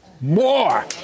more